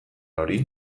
hori